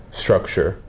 structure